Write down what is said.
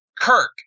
Kirk